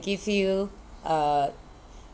give you a